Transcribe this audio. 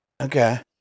Okay